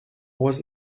was